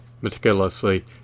meticulously